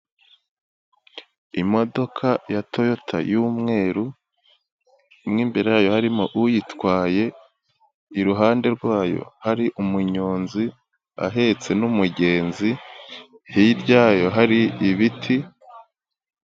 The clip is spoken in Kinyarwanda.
Imodoka ya toyota y'umweru, mo imbere yayo harimo uyitwaye, iruhande rwayo hari umunyonzi ahetse n'umugenzi, hirya yayo hari ibiti